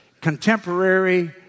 contemporary